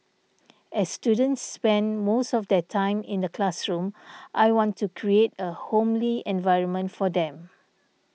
as students spend most of their time in the classroom I want to create a homely environment for them